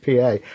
pa